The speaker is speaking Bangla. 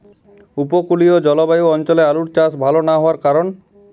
উপকূলীয় জলবায়ু অঞ্চলে আলুর চাষ ভাল না হওয়ার কারণ?